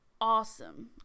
awesome